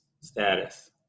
status